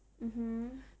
mmhmm